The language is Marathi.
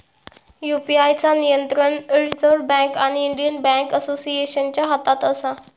यू.पी.आय चा नियंत्रण रिजर्व बॅन्क आणि इंडियन बॅन्क असोसिएशनच्या हातात असा